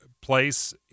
place